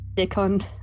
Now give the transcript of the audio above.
Dickon